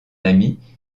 ami